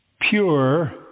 pure